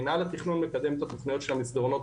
מנהל התכנון מקדם את התוכניות של המסדרונות